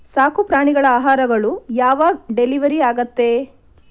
ಸಾಕುಪ್ರಾಣಿಗಳ ಆಹಾರಗಳು ಯಾವಾಗ ಡೆಲಿವರಿ ಆಗತ್ತೇ